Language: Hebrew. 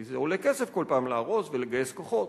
כי זה עולה כסף כל פעם להרוס ולגייס כוחות